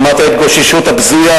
במת ההתגוששות הבזויה,